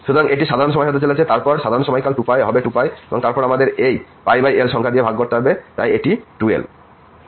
সুতরাং এটি সাধারণ সময় হতে চলেছে তাই সাধারণ সময়কাল হবে 2π এবং তারপর আমাদের এই l সংখ্যা দিয়ে ভাগ করতে হবে তাই এটি 2l